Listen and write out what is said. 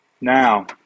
now